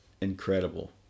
incredible